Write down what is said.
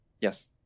Yes